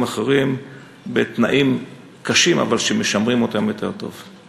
אחרים בתנאים קשים אבל שמשמרים אותם יותר טוב.